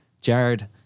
Jared